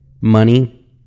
money